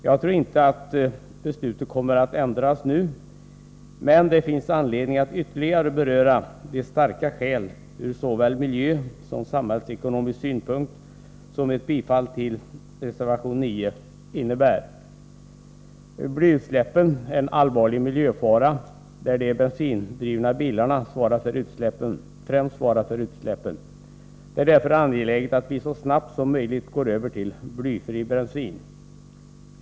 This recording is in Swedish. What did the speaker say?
Jag tror inte att beslutet kommer att ändras, men det finns anledning att ytterligare understryka att det finns starka skäl ur såväl miljösom samhällsekonomisk synpunkt för ett bifall till reservation 9. Blyutsläppen är en allvarlig miljöfara, där de bensindrivna bilarna främst svarar för utsläppen. Därför är det angeläget att vi så snabbt som möjligt går över till blyfri bensin.